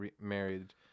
married